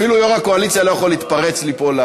אפילו יושב-ראש הקואליציה לא יכול להתפרץ לי פה.